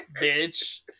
bitch